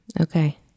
Okay